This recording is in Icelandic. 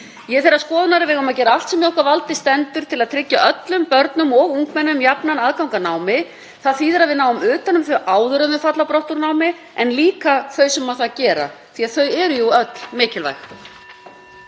er þeirrar skoðunar að við eigum að gera allt sem í okkar valdi stendur til að tryggja öllum börnum og ungmennum jafnan aðgang að námi. Það þýðir að við náum utan um þau áður en þau falla brott úr námi en líka utan um þau sem það gera því að þau eru jú öll mikilvæg.